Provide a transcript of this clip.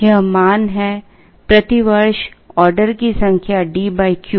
यह मान है प्रति वर्ष ऑर्डर की संख्या D Q